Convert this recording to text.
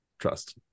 trust